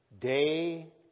day